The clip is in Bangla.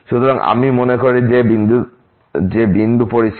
সুতরাং আমি মনে করি যে বিন্দু পরিষ্কার